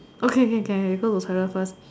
okay okay okay you go to toilet first